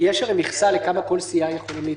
מכסה לכמה בכל סיעה יכולים להתפטר.